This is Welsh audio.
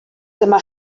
dyma